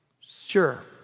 Sure